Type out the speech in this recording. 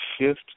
shift